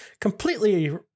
completely